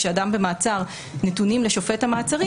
כאשר אדם במעצר נתונים לשופט המעצרים